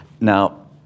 Now